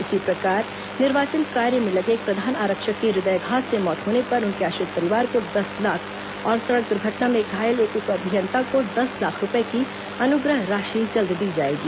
इसी प्रकार निर्वाचन कार्य में लगे एक प्रधान आरक्षक की हृदयघात से मौत होने पर उनके आश्रित परिवार को दस लाख और सड़क द्र्घटना में घायल एक उप अभियंता को दस लाख रूपए की अनुग्रह राशि जल्द दी जाएगी